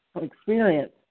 experience